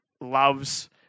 loves